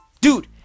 dude